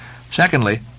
Secondly